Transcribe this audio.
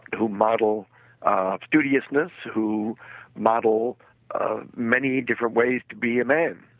who model ah studiousness, who model many different ways to be a man.